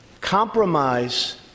compromise